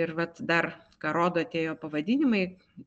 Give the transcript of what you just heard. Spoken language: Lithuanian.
ir vat dar ką rodo tie jo pavadinimai